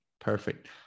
Perfect